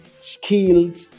skilled